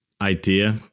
idea